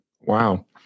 Wow